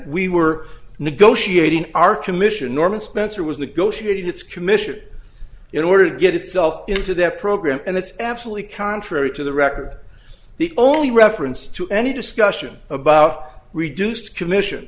we were negotiating our commission norman spencer was negotiating its commission in order to get itself into that program and it's absolutely contrary to the record the only reference to any discussion about reduced commission